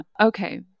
Okay